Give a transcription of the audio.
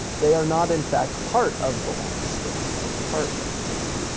they are not in fact part of the landscape or part of the room.